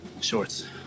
shorts